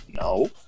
No